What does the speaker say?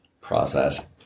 Process